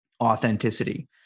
authenticity